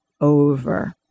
over